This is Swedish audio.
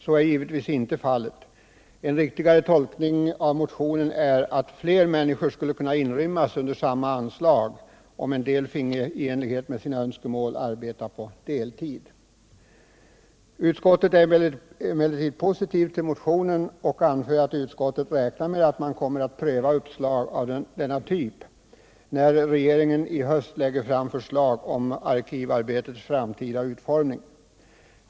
Så är givetvis inte fallet. En riktigare tolkning av motionen är att Nera människor kunde inrymmas under samma anslag, om en'del finge arbeta på deltid i enlighet med sina önskemål. Utskottet är emellertid positivt till motionen och anför att det räknar med att man kommer att pröva uppslag av denna typ, när regeringen i höst lägger fram förslag om arkivarbetets framtida utformning.